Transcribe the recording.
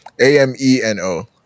A-M-E-N-O